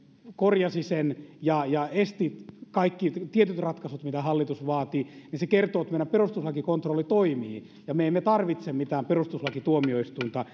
korjasi sen ja ja esti tietyt ratkaisut mitä hallitus vaati kertoo että meidän perustuslakikontrolli toimii ja me emme tarvitse mitään perustuslakituomioistuinta